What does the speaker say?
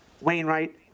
Wainwright